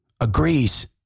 agrees